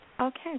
Okay